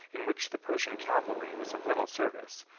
in which the persian cavalry was of little service,